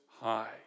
High